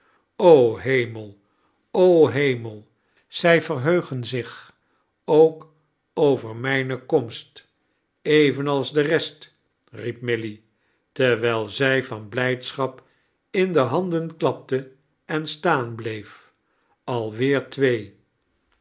hemel o hemel zij verheugen zich ook oyer maje komst evenals da rest riep milly terwijl zij van blijdschap in de handen klapte en staan bleef a weer twee